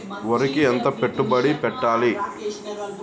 వరికి ఎంత పెట్టుబడి పెట్టాలి?